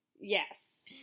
Yes